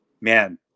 man